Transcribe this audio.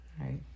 Right